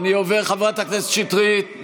אין יום אחד שבו